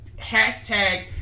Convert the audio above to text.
Hashtag